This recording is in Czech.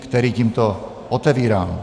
který tímto otevírám.